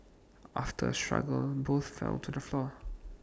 after A struggle both fell to the floor